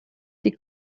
die